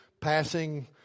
passing